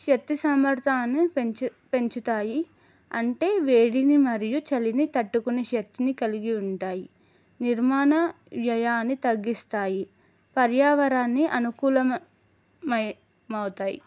శక్తి సమర్థాన్ని పెంచు పెంచుతాయి అంటే వేడిని మరియు చలిని తట్టుకునే శక్తిని కలిగి ఉంటాయి నిర్మాణ వ్యయాన్ని తగ్గిస్తాయి పర్యావరణానికి అనుకూలమవుతాయి